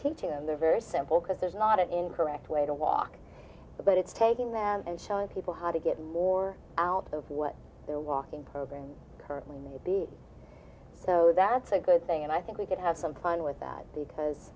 teaching them the very simple because there's not an incorrect way to walk but it's taking that and showing people how to get more out of what they're walking programs currently may be so that's good thing and i think we could have some fun with that